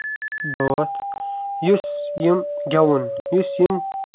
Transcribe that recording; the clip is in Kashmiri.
بٲتھ یُس یِم گیٚوُن یُس یِم